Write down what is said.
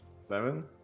Seven